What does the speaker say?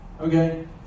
Okay